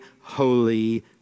holy